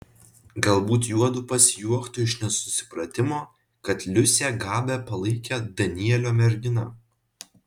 galbūt juodu pasijuoktų iš nesusipratimo kad liusė gabę palaikė danielio mergina